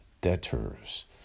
debtors